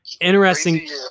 Interesting